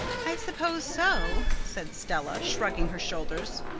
i suppose so, said stella, shrugging her shoulders.